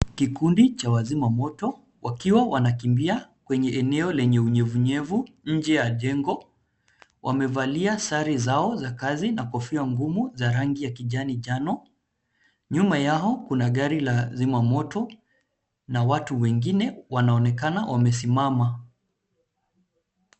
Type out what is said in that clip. Kikundi cha wazima moto wakiwa wanakimbia kwenye eneo lenye unyevu unyevu nje ya jengo. Wamevalia sare zao za kazi na kofia ngumu za rangi ya kijani njano. Nyuma yao kuna gari la zima moto na watu wengine wanaonekana wamesimama.